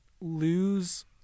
lose